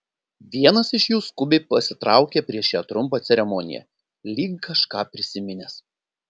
vienas iš jų skubiai pasitraukė prieš šią trumpą ceremoniją lyg kažką prisiminęs